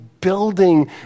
building